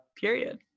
Period